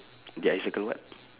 did I circle what